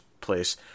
place